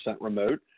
remote